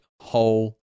hole